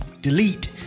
delete